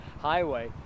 highway